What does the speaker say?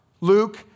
Luke